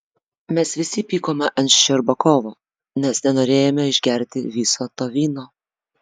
mes visi pykome ant ščerbakovo nes nenorėjome išgerti viso to vyno